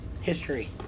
History